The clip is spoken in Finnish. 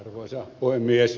arvoisa puhemies